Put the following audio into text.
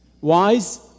wise